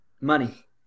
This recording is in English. Money